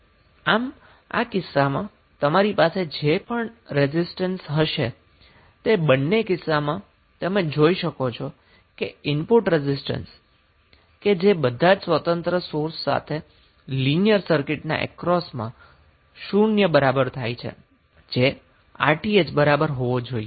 આમ આ કિસ્સામાં તમારી પાસે જે કોઈપણ રેઝિસ્ટન્સ હશે તે બંને કિસ્સામાં તમે જોઈ શક્શો કે ઈનપુટ રેઝિસ્ટન્સ કે જે બધા જ સ્વતંત્ર સોર્સ સાથે લિનીયર સર્કિટના અક્રોસમાં શુન્ય બરાબર થાય છે જે Rth બરાબર હોવા જોઈએ